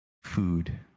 Food